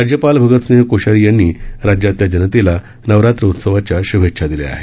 राज्यपाल भगतसिंह कोश्यारी यांनी राज्यातल्या जनतेला नवरात्रौत्सवाच्या श्भेच्छा दिल्या आहेत